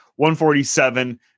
147